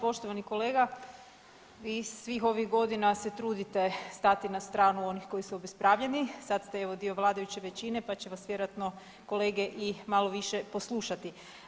Poštovani kolega, vi svih ovih godina se trudite stati na stranu onih koji su obespravljeni, sad ste evo dio vladajuće većine pa će vas vjerovatno kolege i malo više poslušati.